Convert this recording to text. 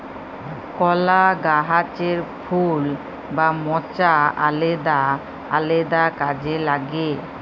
কলা গাহাচের ফুল বা মচা আলেদা আলেদা কাজে লাগে